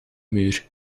muur